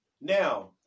now